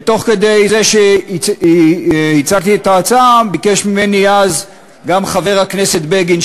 ותוך כדי שהצגתי את ההצעה ביקש ממני אז גם חבר הכנסת בגין,